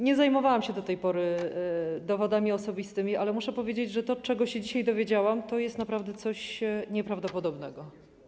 Nie zajmowałam się do tej pory dowodami osobistymi, ale muszę powiedzieć, że to, czego się dzisiaj dowiedziałam, to jest naprawdę coś nieprawdopodobnego.